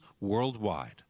worldwide